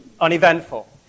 uneventful